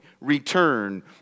return